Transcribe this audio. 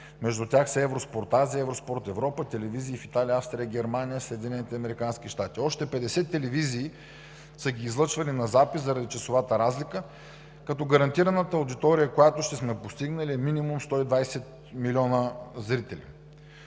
Между тях са: Евроспорт Азия, Евроспорт Европа, телевизии в Италия, Австрия, Германия, Съединените американски щати. Още 50 телевизии са ги излъчвали на запис заради часовата разлика, като гарантираната аудитория, която сме постигнали, е минимум 120 милиона зрители.